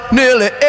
nearly